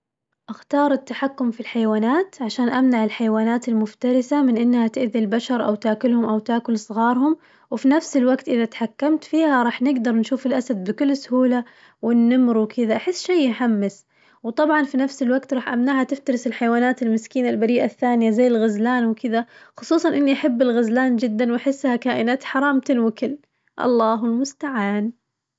أختار التحكم في الحيوانات عشان أمنع الحيوانات المفترسة من إنها تأذي البشر أو تاكلهم أو تاكل صغارهم، وفي نفس الوقت إذا تحكمت فيها راح نقدر نشوف الأسد بكل سهولة والنمر وكذا، أحس شي يحمس وطبعاً في نفس الوقت راح أمنعها تفترس الحيوانات المسكينة البريئة الثانية، زي الغزلان وكذا خصوصاً إني أحب الغزلان جداً وأحسها كائنات حرام تنوكل، الله المستعان.